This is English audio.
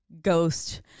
ghost